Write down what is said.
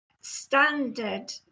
standard